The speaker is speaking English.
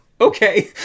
Okay